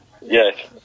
Yes